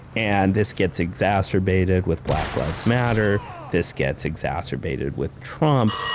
and this gets exacerbated with black lives matter this gets exacerbated with trump.